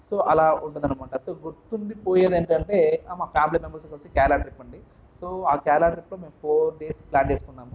so అలా ఉంటుందనమాట so గుర్తుండిపోయేది ఏంటి అంటే మా ఫ్యామిలీ మెంబర్స్తో కలిసి కేరళ ట్రిప్ అండి సో ఆ కేరళ ట్రిప్లో మేము ఫోర్ డేస్ ప్ల్యాన్ చేసుకున్నాము